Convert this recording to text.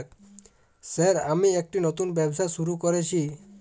Sir আমি একটি নতুন ব্যবসা শুরু করেছি?